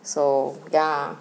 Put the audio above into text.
so ya